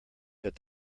that